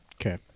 Okay